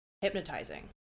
hypnotizing